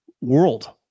world